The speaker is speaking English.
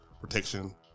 Protection